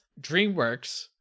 DreamWorks